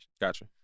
Gotcha